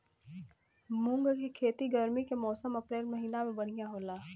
मुंग के खेती गर्मी के मौसम अप्रैल महीना में बढ़ियां होला?